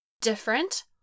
different